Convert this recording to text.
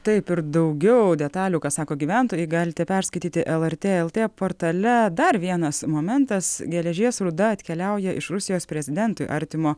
taip ir daugiau detalių ką sako gyventojai galite perskaityti lrt lt portale dar vienas momentas geležies rūda atkeliauja iš rusijos prezidentui artimo